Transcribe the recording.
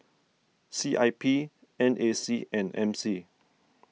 C I P N A C and M C